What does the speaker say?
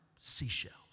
seashells